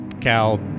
Cal